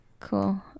Cool